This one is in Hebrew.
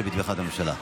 שבתמיכת הממשלה.